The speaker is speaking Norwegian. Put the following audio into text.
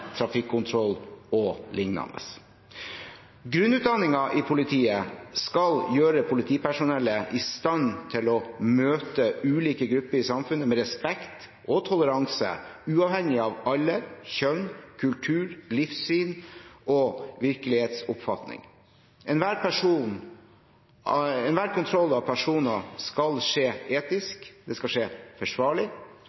i politiet skal gjøre politipersonellet i stand til å møte ulike grupper i samfunnet med respekt og toleranse, uavhengig av alder, kjønn, kultur, livssyn og virkelighetsoppfatning. Enhver kontroll av personer skal skje